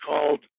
called